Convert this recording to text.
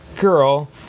girl